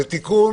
זה תיקון